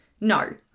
No